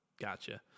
Gotcha